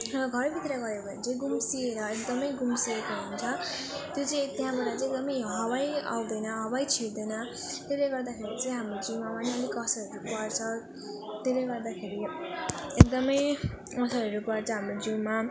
र घरभित्र गर्यो भने चाहिँ गुम्सेर एकदम गुम्सिएको हुन्छ त्यो चाहिँ त्यहाँबाट चाहिँ एकदम हवा आउँदैन हवा छिर्दैन त्यसले गर्दाखेरि चाहिँ हाम्रो जिउमा पनि अलिक असरहरू पर्छ त्यसले गर्दाखेरि एकदम असरहरू पर्छ हाम्रो जिउमा